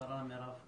השרה מירב כהן.